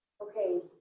Okay